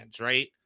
right